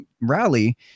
rally